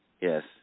yes